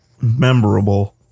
Memorable